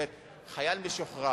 כלומר חייל משוחרר,